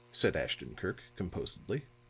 said ashton-kirk, composedly.